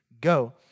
go